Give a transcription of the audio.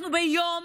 אנחנו ביום